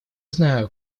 знаю